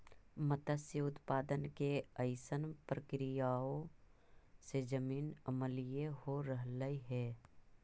मत्स्य उत्पादन के अइसन प्रक्रियाओं से जमीन अम्लीय हो रहलई हे